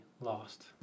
lost